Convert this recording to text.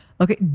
Okay